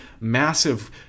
massive